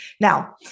Now